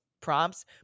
prompts